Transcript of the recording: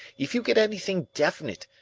if you get anything definite,